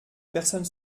personne